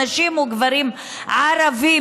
נשים וגברים ערבים,